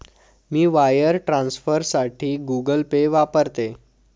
मी wire ट्रान्सफरसाठी Google Pay वापरते